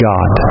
God